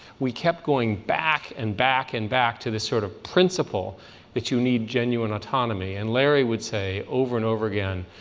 we kept going back and back and back to this sort of principle that you need genuine autonomy. and larry would say over and over again,